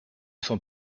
sont